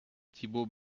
thibault